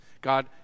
God